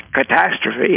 catastrophe